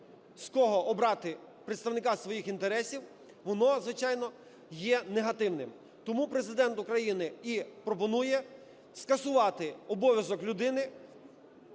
з кого обрати представника своїх інтересів, воно, звичайно, є негативним. Тому Президент України і пропонує скасувати обов'язок людини